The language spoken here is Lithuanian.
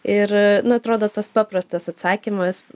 ir nu atrodo tas paprastas atsakymas